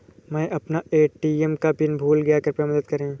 मै अपना ए.टी.एम का पिन भूल गया कृपया मदद करें